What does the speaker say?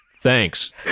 Thanks